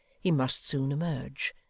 he must soon emerge.